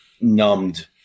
numbed